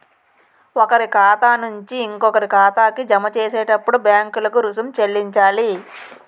ఒకరి ఖాతా నుంచి ఇంకొకరి ఖాతాకి జమ చేసేటప్పుడు బ్యాంకులకు రుసుం చెల్లించాలి